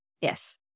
Yes